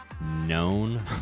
known